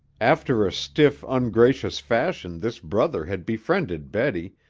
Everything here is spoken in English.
after a stiff, ungracious fashion this brother had befriended betty,